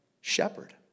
shepherd